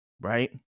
right